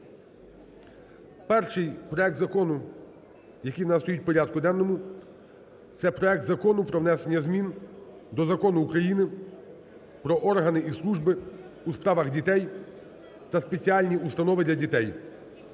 Перший проект закону, який у нас стоїть в порядку денному, це проект Закону про внесення змін до Закону України "Про органи і служби у справах дітей та спеціальні установи для дітей"